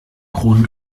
kronen